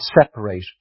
separate